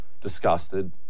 disgusted